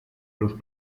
los